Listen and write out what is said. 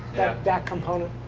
that component.